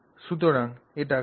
সুতরাং এটি chiral vector Ch